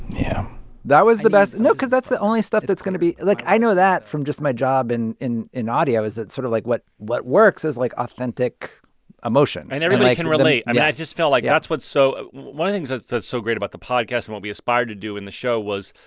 yeah that was the best no cause that's the only stuff that's going to be like, i know that from just my job and in in audio, is that sort of, like, what what works is, like, authentic emotion and everybody can relate. i mean, i just felt like that's what's so one of the things that's that's so great about the podcast, and what we aspired to do in the show was,